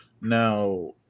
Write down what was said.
Now